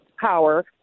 power